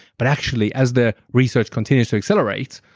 but actually, as the research continues to accelerate,